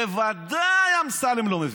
בוודאי אמסלם לא מבין.